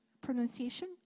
pronunciation